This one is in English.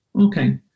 Okay